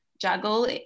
juggle